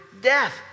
death